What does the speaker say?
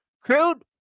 Crude